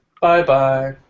Bye-bye